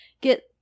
get